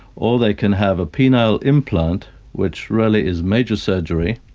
or they can have a penile implant which really is major surgery,